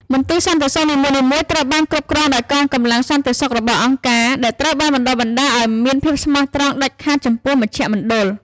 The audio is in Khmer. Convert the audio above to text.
មន្ទីរសន្តិសុខនីមួយៗត្រូវបានគ្រប់គ្រងដោយកងកម្លាំងសន្តិសុខរបស់អង្គការ ដែលត្រូវបានបណ្តុះបណ្តាលឱ្យមានភាពស្មោះត្រង់ដាច់ខាតចំពោះមជ្ឈមណ្ឌល។